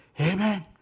Amen